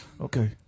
Okay